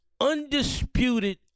undisputed